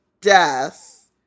death